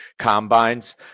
combines